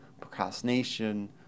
procrastination